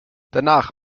danach